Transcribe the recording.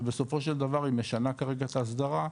ובסופו של דבר היא משנה כרגע את ההסדרה,